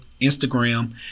Instagram